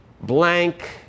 blank